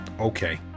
Okay